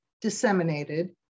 disseminated